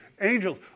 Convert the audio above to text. Angels